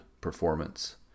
performance